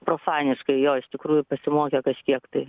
profaniškai jo iš tikrųjų pasimokė kažkiek tai